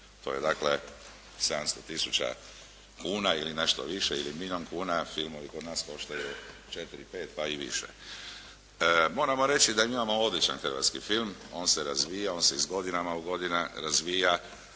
To je dakle 700 tisuća kuna ili nešto više, ili milijun kuna a filmovi kod nas koštaju četiri, pet, pa i više. Moramo reći da imamo odličan hrvatski film. On se razvija, on se iz godine u godinu razvija.